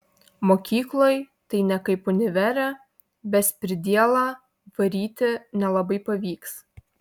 mokykloj tai ne kaip univere bezpridielą varyti nelabai pavyks